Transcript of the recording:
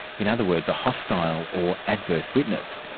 in other words, a hostile or adverse witness.